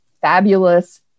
fabulous